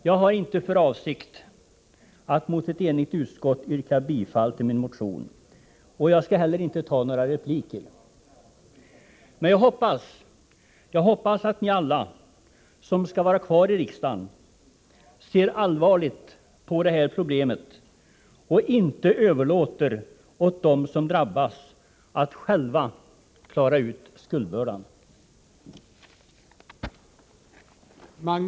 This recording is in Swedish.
Jag har inte för avsikt att mot ett enigt utskott yrka bifall till min motion, och jag skall heller inte gå in på några repliker. Men jag hoppas att alla ni som skall vara kvar i riksdagen ser allvarligt på det här problemet och inte överlåter åt dem som drabbas att själva klara ut skuldbördan.